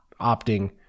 opting